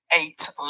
Eight